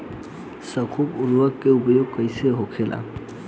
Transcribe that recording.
स्फुर उर्वरक के उपयोग कईसे होखेला?